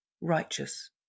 righteous